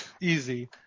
easy